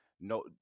no